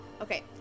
Okay